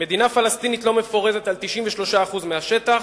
"מדינה פלסטינית לא מפורזת על 93% מהשטח.